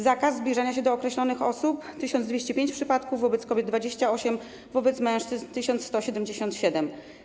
Zakaz zbliżania się do określonych osób: 1205 przypadków, wobec kobiet - 28, wobec mężczyzn - 1177.